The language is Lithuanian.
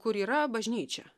kur yra bažnyčia